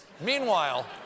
Meanwhile